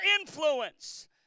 influence